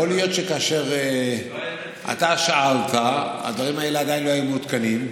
יכול להיות שכאשר אתה שאלת הדברים האלה עדיין לא היו מעודכנים.